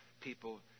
people